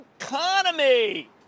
economy